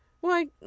Why